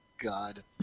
God